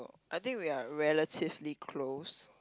I think we are relatively close